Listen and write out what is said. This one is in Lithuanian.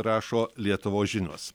rašo lietuvos žinios